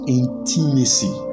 intimacy